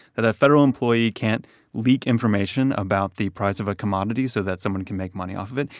that a federal employee can't leak information about the price of a commodity so that someone can make money off of it.